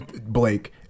Blake